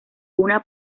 una